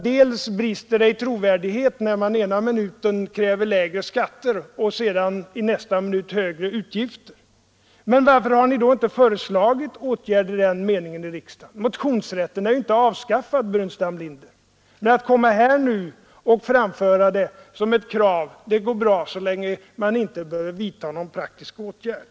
Nog brister det i trovärdigheten när man ena minuten kräver lägre skatter och i nästa minut yrkar på högre utgifter. Men varför har ni inte då föreslagit åtgärder i den riktningen i riksdagen? Motionsrätten är inte avskaffad, herr Burenstam Linder. Att här framföra detta som ett krav går bra så länge man inte behöver vidtaga någon praktisk åtgärd.